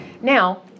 Now